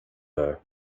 her